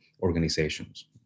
organizations